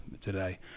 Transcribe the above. today